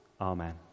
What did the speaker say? Amen